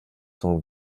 sont